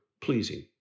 pleasing